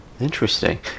Interesting